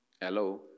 Hello